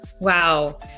Wow